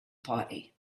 party